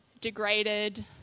degraded